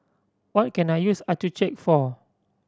what can I use Accucheck for